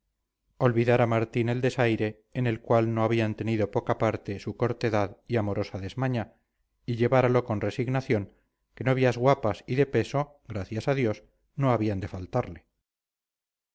familia olvidara martín el desaire en el cual no habían tenido poca parte su cortedad y amorosa desmaña y lleváralo con resignación que novias guapas y de peso gracias a dios no habían de faltarle